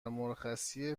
مرخصی